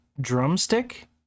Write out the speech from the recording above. Drumstick